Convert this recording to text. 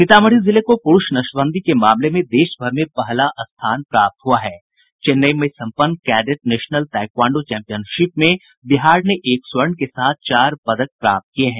सीतामढ़ी जिले को पुरूष नशबंदी के मामले में देशभर में पहला स्थान प्राप्त हुआ है चेन्नई में संपन्न कैडेट नेशनल ताइक्वांडों चैंपियनशिप में बिहार ने एक स्वर्ण के साथ चार पदक प्राप्त किये हैं